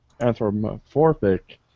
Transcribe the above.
anthropomorphic